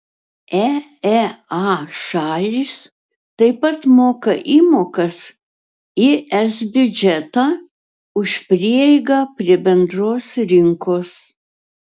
eea šalys taip pat moka įmokas į es biudžetą už prieigą prie bendros rinkos